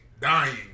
Dying